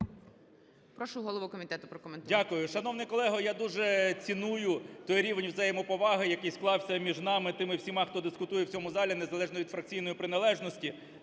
Прошу голову комітету прокоментувати.